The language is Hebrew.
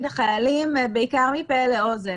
בעיקר מפה לאוזן,